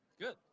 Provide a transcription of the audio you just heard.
Good